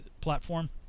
platform